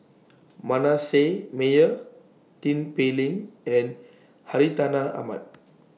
Manasseh Meyer Tin Pei Ling and Hartinah Ahmad